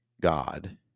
God